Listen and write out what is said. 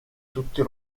tutti